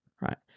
right